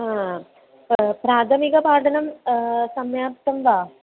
हा प्राथमिकपाठनं समाप्तं वा